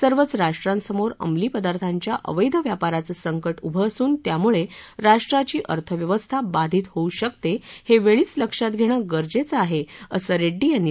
सर्वच राष्ट्रांसमोर अंमली पदार्थांच्या अवैध व्यापाराचं संकट उभं असून त्यामुळे राष्ट्राची अर्थव्यवस्था बाधित होऊ शकते हे वेळीच लक्षात घेणं गरजेचं आहे असं रेड्डी यांनी सांगितलं